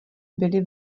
byli